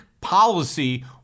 policy